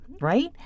right